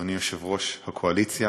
אדוני יושב-ראש הקואליציה,